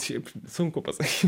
šiaip sunku pasakyti